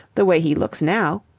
the way he looks now.